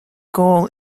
goal